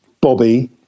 Bobby